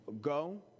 go